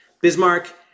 Bismarck